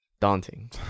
daunting